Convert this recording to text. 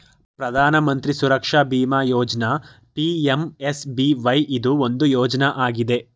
ಪ್ರಧಾನ ಮಂತ್ರಿ ಸುರಕ್ಷಾ ಬಿಮಾ ಯೋಜ್ನ ಪಿ.ಎಂ.ಎಸ್.ಬಿ.ವೈ ಇದು ಒಂದು ಯೋಜ್ನ ಆಗಿದೆ